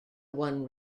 one